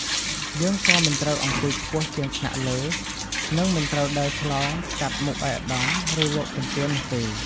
យើងក៏មិនត្រូវអង្គុយខ្ពស់ជាងថ្នាក់លើ និងមិនត្រូវដើរឆ្លងកាត់មុខឯកឧត្តម ឬលោកជំទាវនោះទេ។